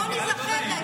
בואו ניזכר.